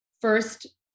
first